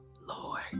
Lord